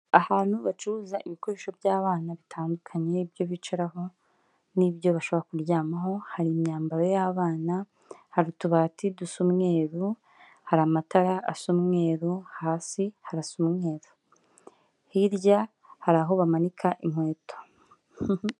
Ahantu bacuruza ibikoresho by'abana bitandukanye, ibyo bicaraho n'ibyo bashobora kuryamaho, hari imyambaro y'abana hari utubati dusa umweru, hari amatara asa umweru, hasi harasa umweru. Hirya hari aho bamanika inkweto.